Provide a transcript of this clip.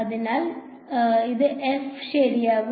അതിനാൽ അത് ശരിയാകും